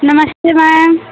नमस्ते मैम